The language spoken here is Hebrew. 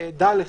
דע לך,